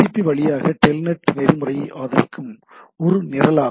B வழியாக Telnet நெறிமுறையை ஆதரிக்கும் ஒரு நிரலாகும்